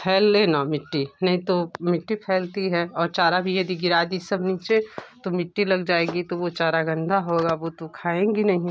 फैले न मिट्टी नहीं तो मिट्टी फैलती है और चारा भी यदि गिरा दी सब नीचे तो मिट्टी लग जाएगी तो वो चारा गंदा होगा वो तो खाएंगी नहीं